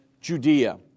Judea